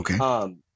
Okay